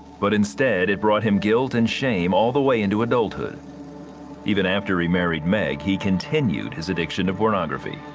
but instead, it brought him guilt and shame all the way into adulthood even after he married meg he continued his addiction to pornography.